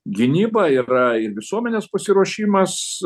gynyba yra ir visuomenės pasiruošimas